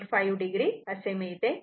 5 o असे मिळते